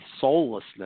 soullessness